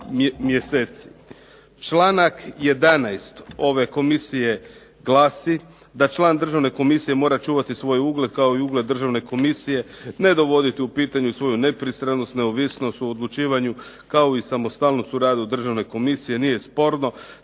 Članak 11. ove komisije glasi da član državne komisije mora čuvati svoj ugled kao i ugled državne komisije, ne dovoditi u pitanje svoju nepristranost, neovisnost u odlučivanju kao i samostalnost u radu državne komisije, nije sporno.